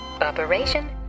Operation